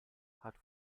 hat